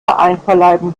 einverleiben